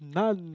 none